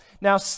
Now